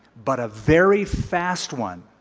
but a very fast one.